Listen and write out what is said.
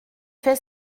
fait